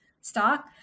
stock